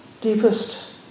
deepest